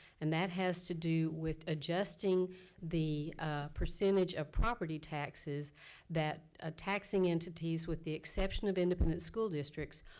and that has to do with adjusting the percentage of property taxes that ah taxing entities, with the exception of independent school districts,